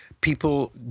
people